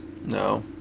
No